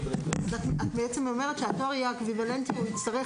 את בעצם אומרת שהתואר יהיה אקוויוולנטי ויצטרך